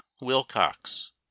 wilcox